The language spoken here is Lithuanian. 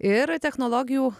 ir technologijų